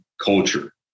culture